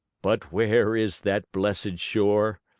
but where is that blessed shore?